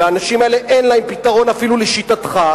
האנשים האלה אין להם פתרון אפילו לשיטתך,